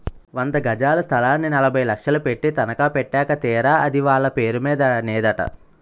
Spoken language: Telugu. వంద గజాల స్థలాన్ని నలభై లక్షలు పెట్టి తనఖా పెట్టాక తీరా అది వాళ్ళ పేరు మీద నేదట